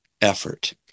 effort